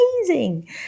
amazing